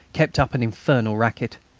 kept up an infernal racket.